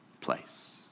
place